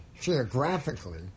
geographically